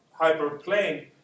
hyperplane